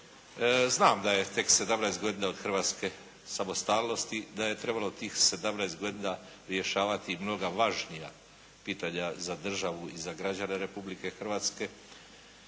Znam da je tek 17 godina od hrvatske samostalnosti, da je trebalo tih 17 godina rješavati mnoga važnija pitanja za državu i za građane Republike Hrvatske.